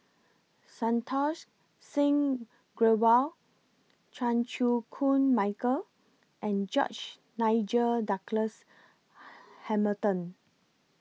Santokh Singh Grewal Chan Chew Koon Michael and George Nigel Douglas Hamilton